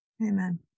Amen